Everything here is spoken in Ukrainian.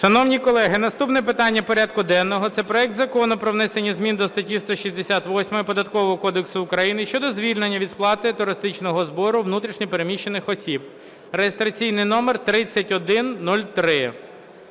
Шановні колеги, наступне питання порядку денного – це проект Закону про внесення зміни до статті 268 Податкового кодексу України щодо звільнення від сплати туристичного збору внутрішньо переміщених осіб (реєстраційний номер 3103).